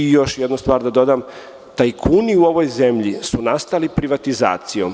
Još jednu stvar da dodam, tajkuni u ovoj zemlji su nastali privatizacijom.